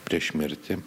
prieš mirtį